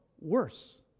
worse